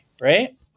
Right